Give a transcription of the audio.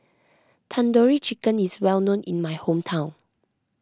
Tandoori Chicken is well known in my hometown